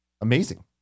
amazing